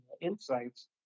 insights